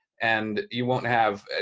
and you won't have, ah